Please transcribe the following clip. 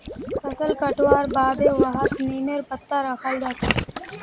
फसल कटवार बादे वहात् नीमेर पत्ता रखाल् जा छे